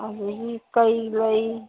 ꯑꯗꯒꯤ ꯀꯩ ꯂꯩ